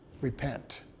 Repent